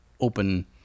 open